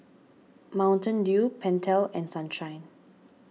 Mountain Dew Pentel and Sunshine